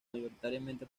mayoritariamente